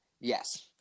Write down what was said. Yes